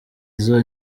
izo